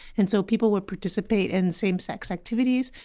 and so people would participate in same sex activities.